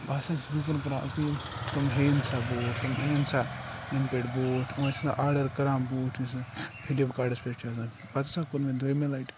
بہٕ ہَسا چھُس لوٗکن کَران أپیٖل تم ہیٚیِن سا بوٗٹھ تٕم ہیٚیِن سا اَمہِ پٮ۪ٹھ بوٗٹھ یِم سا آرڈر کَران بوٗٹھ یُس فِلِپ کارٹَس پٮ۪ٹھ چھِ آسان پَتہٕ ہَسا کوٚر مےٚ دوٚیمہِ لَٹہِ